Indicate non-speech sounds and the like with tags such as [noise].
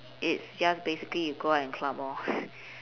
it's just basically you go out and club lor [laughs]